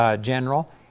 general